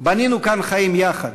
בנינו כאן חיים יחד.